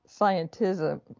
scientism